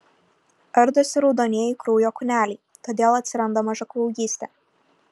ardosi raudonieji kraujo kūneliai todėl atsiranda mažakraujystė